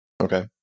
Okay